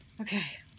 Okay